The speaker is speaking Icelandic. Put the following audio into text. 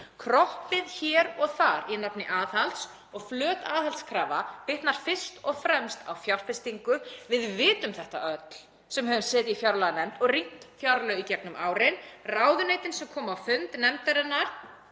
Kroppið hér og þar í nafni aðhalds og flöt aðhaldskrafa bitnar fyrst og fremst á fjárfestingu. Við vitum þetta öll sem höfum setið í fjárlaganefnd og rýnt fjárlög í gegnum árin. Ráðuneytin sem komu á fund nefndarinnar